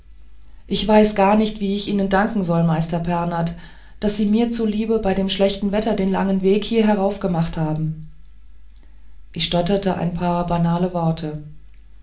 ich weiß gar nicht wie ich ihnen danken soll meister pernath daß sie mir zuliebe bei dem schlechten wetter den langen weg hier herauf gemacht haben ich stotterte ein paar banale worte